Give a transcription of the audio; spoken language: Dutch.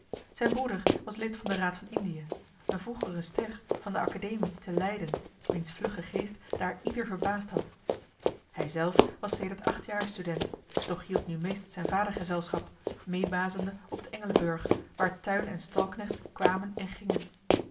zijn broeder was lid van den raad van indië een vroegere ster van de academie te leiden wiens vlugge geest daar ieder verbaasd had hijzelf was sedert acht jaar student doch hield nu meest zijn vader gezelschap meêbazende op den engelenburg waar tuin en stalknechts kwamen en gingen